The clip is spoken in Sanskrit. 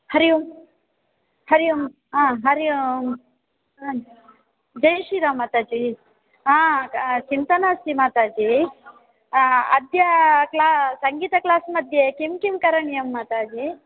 हरि ओं हरि ओम् आ हरि ओम् जै श्रीराम् माताजि आ चिन्ता नास्ति माताजि अद्य सङ्गीत क्लास् मध्ये किं किं करणीयं माताजि